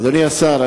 אדוני השר,